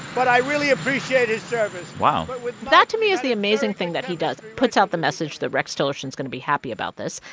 but i really appreciate his service wow that, to me, is the amazing thing that he does puts out the message that rex tillerson is going to be happy about this.